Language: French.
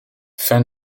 fin